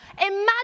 Imagine